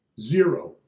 Zero